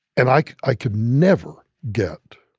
and like i could never get